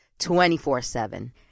24-7